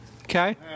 Okay